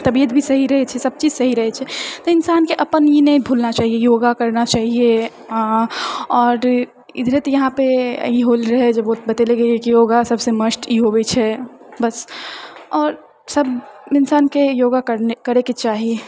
तबियत भी सही रहै छै सबचीज सही रहै छै इंसानके अपन ई नहि भूलना चाहिए योगा करना चाहिए आओर इधरे तऽ यहाँ पे होल रहए जब बतेले गेल रहए कि योगा सबसँ मस्ट होवै छै बस आओर सब इंसानके योगा करएके चाही